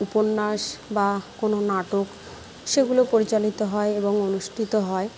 উপন্যাস বা কোনো নাটক সেগুলো পরিচালিত হয় এবং অনুষ্ঠিত হয়